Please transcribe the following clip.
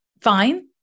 fine